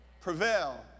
prevail